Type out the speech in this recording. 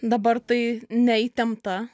dabar tai neįtempta